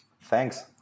Thanks